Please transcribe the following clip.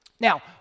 Now